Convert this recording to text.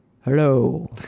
Hello